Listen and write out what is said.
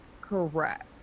correct